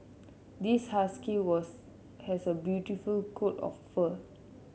this husky was has a beautiful coat of fur